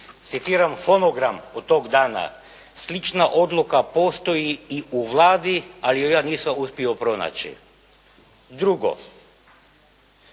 Citiram fonogram od tog dana, "slična odluka postoji i u Vladi, ali ju ja nisam uspio pronaći." Drugo,